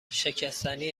شکستنی